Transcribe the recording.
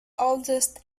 oldest